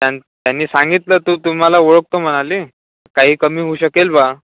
त्यां त्यांनी सांगितलं तो तुम्हाला ओळखतो म्हणाले काही कमी होऊ शकेल बा